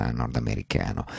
nordamericano